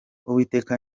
uwiteka